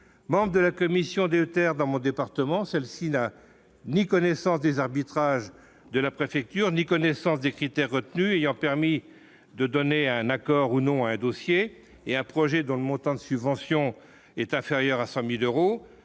membre de la commission de terre dans mon département, celle-ci n'a ni connaissance des arbitrages de la préfecture ni connaissance des critères retenus ayant permis de donner un accord ou non à un dossier et un projet dont le montant de subventions est inférieure à 100000 euros